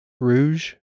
Rouge